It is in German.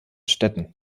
städten